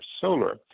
solar